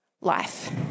life